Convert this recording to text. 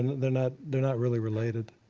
they're not they're not really related.